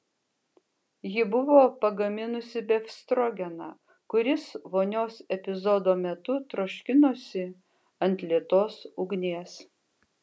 ji buvo pagaminusi befstrogeną kuris vonios epizodo metu troškinosi ant lėtos ugnies